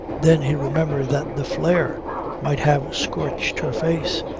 then he remembered that the flare might have scorched her face,